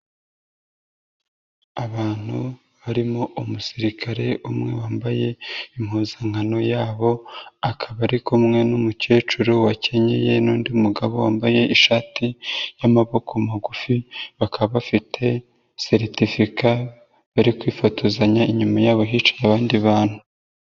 Abantu barimo umusirikare umwe wambaye impuzankano yabo akaba ari kumwe n'umukecuru wakenyeye n'undi mugabo wambaye ishati y'amaboko magufi, bakaba bafite seritifika bari kwifotozanya inyuma yabo hicaye abandi bantu.